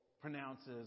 pronounces